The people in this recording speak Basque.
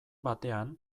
batean